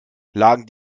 lagen